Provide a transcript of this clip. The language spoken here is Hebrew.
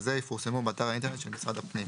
זה יפורסמו באתר האינטרנט של משרד הפנים.